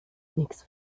nichts